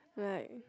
like